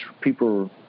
people